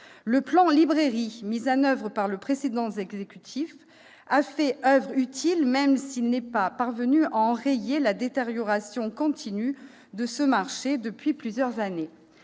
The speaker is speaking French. Le plan Librairie, mis en oeuvre par le précédent exécutif, a fait oeuvre utile, même s'il n'est pas parvenu à enrayer la détérioration continue de ce marché depuis plusieurs années.